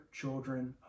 children